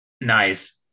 Nice